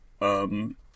um-